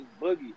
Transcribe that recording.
Boogie